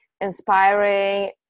inspiring